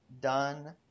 done